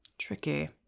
Tricky